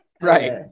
right